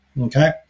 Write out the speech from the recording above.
okay